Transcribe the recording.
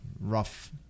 rough